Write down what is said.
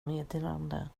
meddelande